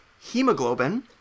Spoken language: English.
hemoglobin